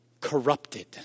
corrupted